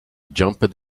jumped